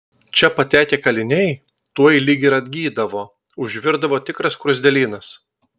čia patekę kaliniai tuoj lyg ir atgydavo užvirdavo tikras skruzdėlynas